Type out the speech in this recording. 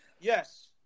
Yes